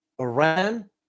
Iran